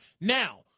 Now